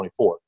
24